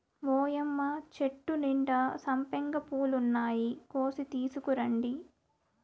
ఓయ్యమ్మ చెట్టు నిండా సంపెంగ పూలున్నాయి, కోసి తీసుకురండి